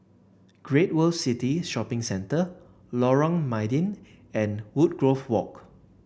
Great World City Shopping Centre Lorong Mydin and Woodgrove Walk